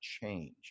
change